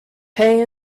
pay